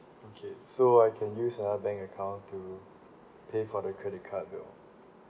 okay so I can use another bank account to pay for the credit card bill